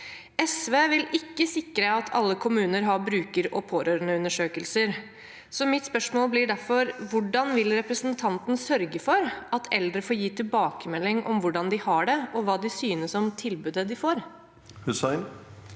SV vil ikke sikre at alle kommuner har bruker- og pårørendeundersøkelser, så mitt spørsmål blir derfor: Hvordan vil representanten sørge for at eldre får gitt tilbakemelding om hvordan de har det, og hva de synes om tilbudet de får? Marian